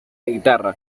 guitarra